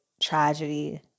Tragedy